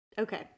Okay